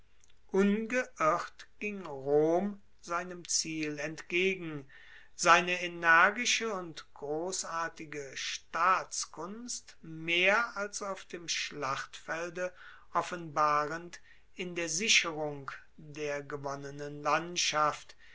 ungeirrt ging rom seinem ziel entgegen seine energische und grossartige staatskunst mehr als auf dem schlachtfelde offenbarend in der sicherung der gewonnenen landschaft